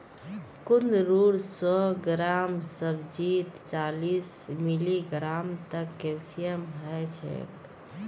कुंदरूर सौ ग्राम सब्जीत चालीस मिलीग्राम तक कैल्शियम ह छेक